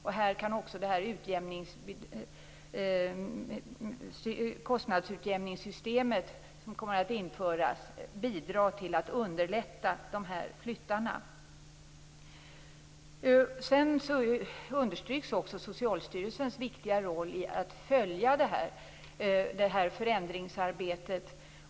Här kan det kostnadsutjämningssystem som skall införas bidra till att underlätta för dem som skall flytta. Sedan understryks också Socialstyrelsens viktiga roll när det gäller att följa förändringsarbetet.